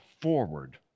forward